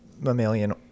mammalian